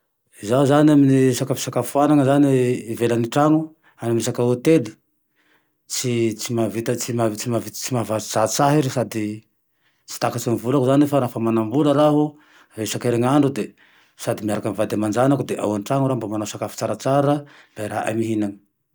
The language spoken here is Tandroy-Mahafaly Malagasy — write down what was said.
Zaho zane, aminy resaky fisakafoany zane ivelan'ny trano amy resaky hôtely, tsy maha vita tsy mah- tsy mahazatsizatsy ahe ro sady tsy atakatsy ny volako zane fa lafa manam-bola raho isa-kerin'andro de sady miarake vady aman-janako de ao antrano raho mba manao sakafo tsaratsara iarahaay mihignany.